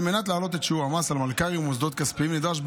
על מנת להעלות את שיעור המס על מלכ"רים ומוסדות כספיים נדרש,